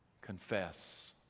confess